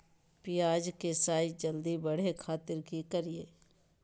प्याज के साइज जल्दी बड़े खातिर की करियय?